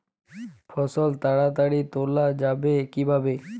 ফসল তাড়াতাড়ি তোলা যাবে কিভাবে?